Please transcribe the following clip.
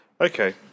okay